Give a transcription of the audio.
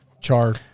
Char